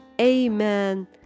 Amen